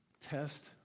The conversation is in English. Test